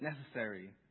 necessary